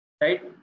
right